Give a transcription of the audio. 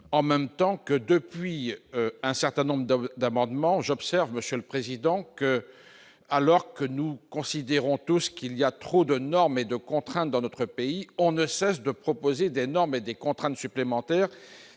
en même temps que depuis un certain nombre d'amendement j'observe Monsieur le Président que alors que nous considérons tout ce qu'il y a trop de normes et de contraintes dans notre pays on ne cesse de proposer des normes et des contraintes supplémentaires